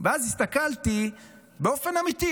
אז הסתכלתי באופן אמיתי.